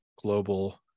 global